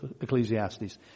Ecclesiastes